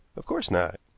of course not.